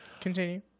Continue